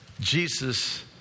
Jesus